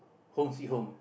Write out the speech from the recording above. home sweet home